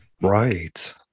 right